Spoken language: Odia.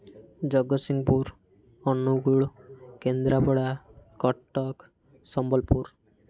ଜଗତସିଂହପୁର ଅନୁଗୁଳ କେନ୍ଦ୍ରାପଡ଼ା କଟକ ସମ୍ବଲପୁର